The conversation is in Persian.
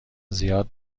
زیاد